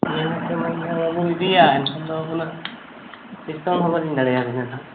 ᱢᱟᱹᱱᱦᱟᱹ ᱠᱮ ᱢᱟᱹᱱᱦᱟᱹ ᱵᱟᱵᱮᱱ ᱤᱫᱤᱭᱟ ᱮᱱᱠᱷᱟᱱ ᱫᱚ ᱩᱱᱟᱹᱜ ᱰᱤᱥᱠᱟᱭᱩᱱᱴ ᱦᱚᱸ ᱵᱟᱹᱞᱤᱧ ᱫᱟᱲᱮᱭᱟᱵᱤᱱᱟ ᱱᱟᱦᱟᱜ